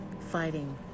fighting